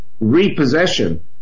repossession